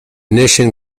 nation